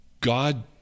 God